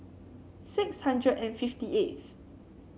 six hundred and fifty eighth